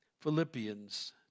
Philippians